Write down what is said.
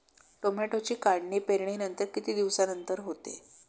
टोमॅटोची काढणी पेरणीनंतर किती दिवसांनंतर होते?